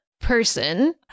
person